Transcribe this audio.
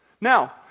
Now